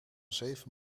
zeven